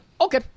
okay